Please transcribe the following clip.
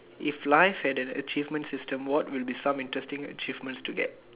if life had an achievement system what will be something interesting achievements to get